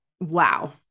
wow